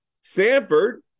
Sanford